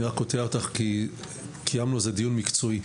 אני קוטע אותך כי קיימנו על זה דיון מקצועי.